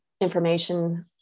information